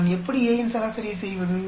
நான் எப்படி A இன் சராசரியை செய்வது